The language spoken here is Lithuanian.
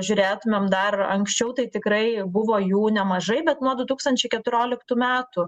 žiūrėtumėm dar anksčiau tai tikrai buvo jų nemažai bet nuo du tūkstančiai keturioliktų metų